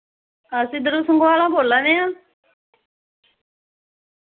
अस इद्धर संगवाला बोल्ला ने आं